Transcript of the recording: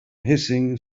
hissing